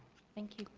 thank you.